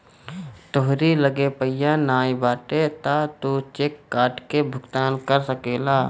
तोहरी लगे पइया नाइ बाटे तअ तू चेक काट के भुगतान कर सकेला